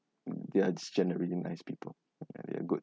they're just generally nice people ya they're good